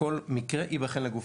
כל מקרה ייבחן לגופו.